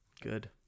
Good